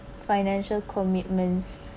financial commitments